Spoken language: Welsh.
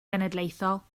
genedlaethol